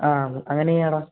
ആ അങ്ങനെ ചെയ്യാമെടാ